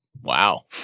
wow